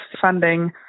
funding